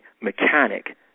mechanic